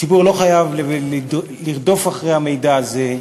הציבור לא חייב לרדוף אחרי המידע הזה,